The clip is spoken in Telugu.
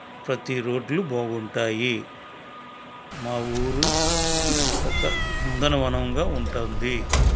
ప్రతీ రోడ్లు బాగుంటాయి మా ఊరు ఒక నందనవనంగా ఉంటుంది